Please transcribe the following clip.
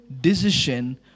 decision